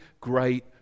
great